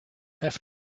have